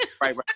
right